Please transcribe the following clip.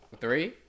Three